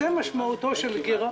זה משמעותו של גירעון.